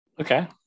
Okay